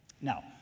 Now